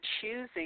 choosing